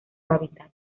hábitat